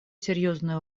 серьезные